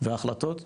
וההחלטות הזדמנות,